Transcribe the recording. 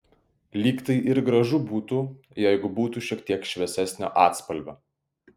lyg tai ir gražu būtų jeigu būtų šiek tiek šviesesnio atspalvio